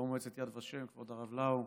יושב-ראש מועצת יד ושם כבוד הרב לאו,